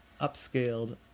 upscaled